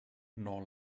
nor